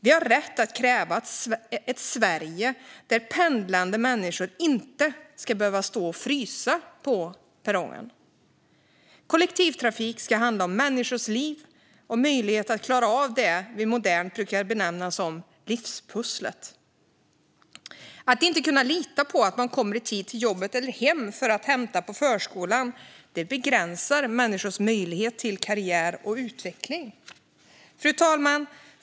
Vi har rätt att kräva ett Sverige där pendlande människor inte ska behöva stå och frysa på perrongen. Kollektivtrafik ska handla om människors liv och möjlighet att klara av det som vi modernt brukar benämna som livspusslet. Kan människor inte lita på att de kommer i tid till jobbet eller i tid för att hämta på förskolan begränsar det deras möjlighet till karriär och utveckling. Fru talman!